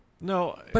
No